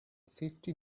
fifty